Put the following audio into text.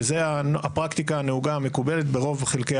שזה הפרקטיקה הנהוגה המקובלת ברוב חלקי